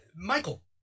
Michael